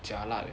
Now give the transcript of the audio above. jialat eh